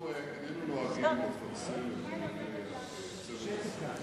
אנחנו איננו נוהגים לפרסם את דיוני צוות השרים,